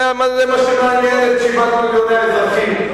זה מה שמעניין את 7 מיליוני האזרחים.